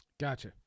Gotcha